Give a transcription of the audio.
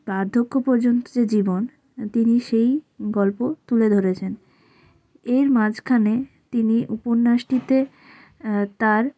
বার্ধক্য পর্যন্ত যে জীবন তিনি সেই গল্প তুলে ধরেছেন এর মাঝখানে তিনি উপন্যাসটিতে তার